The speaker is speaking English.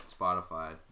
Spotify